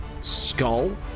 skull